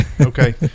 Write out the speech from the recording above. Okay